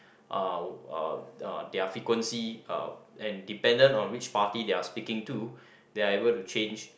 uh uh uh their frequency uh and dependent on which party they are speaking to they are able to change